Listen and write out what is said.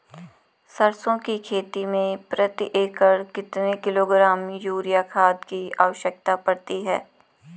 सरसों की खेती में प्रति एकड़ कितने किलोग्राम यूरिया खाद की आवश्यकता पड़ती है?